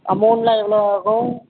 அமௌன்ட்லாம் எவ்வளோ ஆகும்